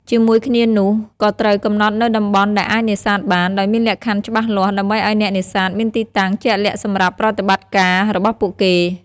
ជាមួយគ្នានោះ ក៏ត្រូវកំណត់នូវតំបន់ដែលអាចនេសាទបាន ដោយមានលក្ខខណ្ឌច្បាស់លាស់ ដើម្បីឲ្យអ្នកនេសាទមានទីតាំងជាក់លាក់សម្រាប់ប្រតិបត្តិការរបស់ពួកគេ។